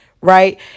right